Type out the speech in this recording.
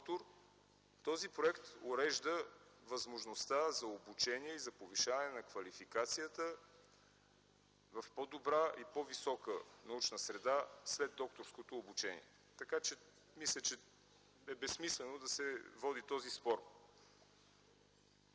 Този проект урежда възможността за обучение, за повишаване на квалификацията в по-добра и по-висока научна среда след докторското обучение. Мисля, че е безсмислено да се води този спор.